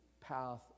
path